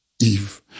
Eve